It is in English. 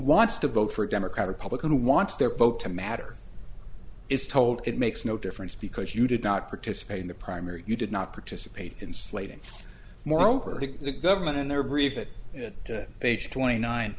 wants to vote for a democrat republican who wants their vote to matter is told it makes no difference because you did not participate in the primary you did not participate in slating moreover the government in their brief that age twenty nine